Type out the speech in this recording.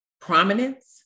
prominence